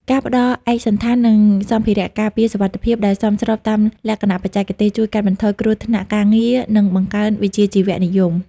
ការផ្ដល់ឯកសណ្ឋាន និងសម្ភារៈការពារសុវត្ថិភាពដែលសមស្របតាមលក្ខណៈបច្ចេកទេស ជួយកាត់បន្ថយគ្រោះថ្នាក់ការងារ និងបង្កើនវិជ្ជាជីវៈនិយម។